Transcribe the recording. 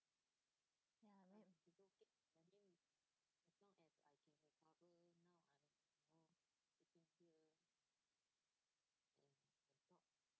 ya then you don't get anything as long as I can know